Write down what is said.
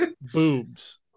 boobs